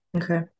Okay